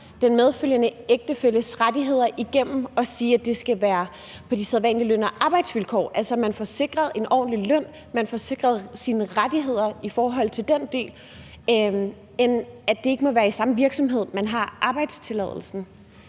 den medfølgende ægtefælles rettigheder ved at sige, at det skal være på de sædvanlige løn- og arbejdsvilkår, altså at man får sikret en ordentlig løn, og at man får sikret sine rettigheder i forhold til den del, i stedet for at det ikke må være i samme virksomhed, man har arbejdstilladelsen.